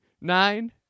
Nine